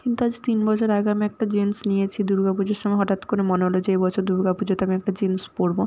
কিন্তু আজ তিন বছর আগে আমি একটা জিনিস নিয়েছি দুর্গা পুজোর সময় হঠাৎ করে মনে হলো যে এবছর দুর্গা পুজোতে আমি একটা জিন্স পরবো